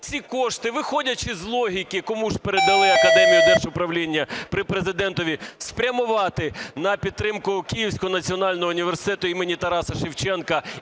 Ці кошти, виходячи з логіки, кому ж передали Академію держуправління при Президентові, спрямувати на підтримку Київського національного університету імені Тараса Шевченка